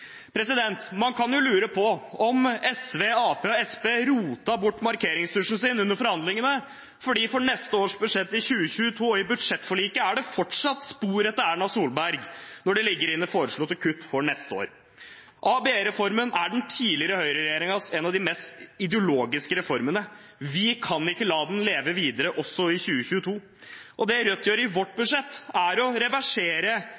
Man kan jo lure på om SV, Arbeiderpartiet og Senterpartiet rotet bort markeringstusjen sin under forhandlingene, for i neste års budsjett, for 2022, og i budsjettforliket, er det fortsatt spor etter Erna Solberg når de legger inn foreslåtte kutt for neste år. ABE-reformen er en av den tidligere høyreregjeringens mest ideologiske reformer. Vi kan ikke la den leve videre også i 2022. Det Rødt gjør i